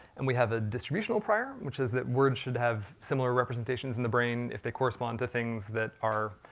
and we have the distributional prior, which is that words should have similar representations in the brain if they correspond to things that are,